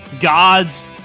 God's